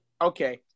Okay